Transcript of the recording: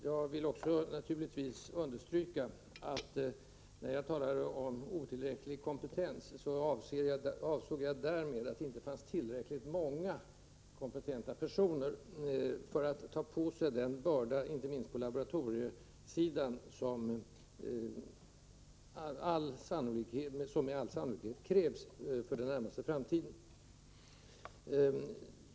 Jag vill understryka att jag, när jag talade om otillräcklig kompetens, naturligtvis avsåg att det inte fanns tillräckligt många kompetenta personer, inte minst på laboratoriesidan, som kunde ta på sig den börda som med all sannolikhet krävs för den närmaste framtiden.